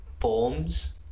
forms